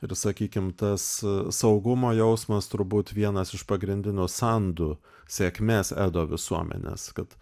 ir sakykim tas saugumo jausmas turbūt vienas iš pagrindinių sandų sėkmės edo visuomenės kad